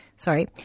Sorry